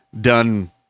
done